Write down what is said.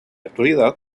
actualidad